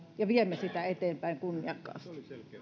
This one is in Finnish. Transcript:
ja viemme sitä eteenpäin kunniakkaasti